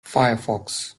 firefox